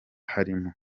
harimo